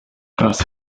das